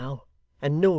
and know you,